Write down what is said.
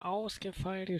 ausgefeilte